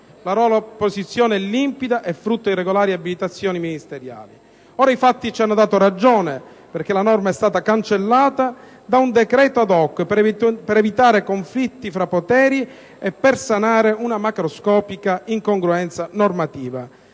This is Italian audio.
la loro posizione è limpida e frutto di regolari abilitazioni ministeriali. Ora i fatti ci hanno dato ragione perché la norma è stata cancellata da un decreto *ad hoc* per evitare conflitti fra poteri e sanare una macroscopica incongruenza normativa.